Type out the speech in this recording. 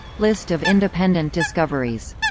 list of independent discoveries